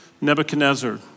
Nebuchadnezzar